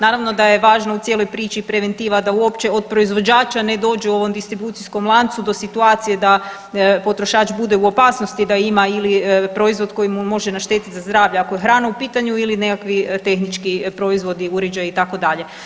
Naravno da je važno u cijeloj priči i preventiva, da uopće od proizvođača ne dođe u ovom distribucijskom lancu, do situacije da potrošač bude u opasnosti, da ima ili proizvod koji mu može naštetiti za zdravlje, ako je hrana u pitanju ili nekakvi tehnički proizvodi, uređaji, itd.